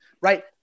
right